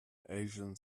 asian